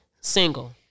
single